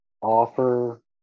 offer